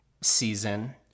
season